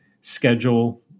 schedule